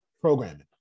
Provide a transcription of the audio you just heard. Programming